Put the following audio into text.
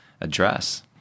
address